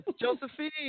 Josephine